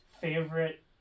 favorite